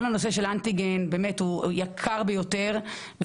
כל הנושא של בדיקות אנטיגן הוא יקר ביותר,